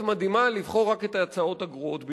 מדהימה לבחור רק את ההצעות הגרועות ביותר.